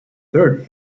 third